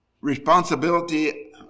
responsibility